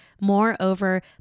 Moreover